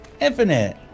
Infinite